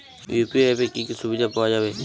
UPI অ্যাপে কি কি সুবিধা পাওয়া যাবে?